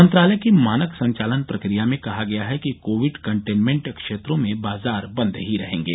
मंत्रालय की मानक संचालन प्रक्रिया में कहा गया है कि कोविड कंटेनमेंट क्षेत्रों में बाजार बंद ही रहेंगे